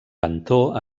cantor